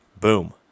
boom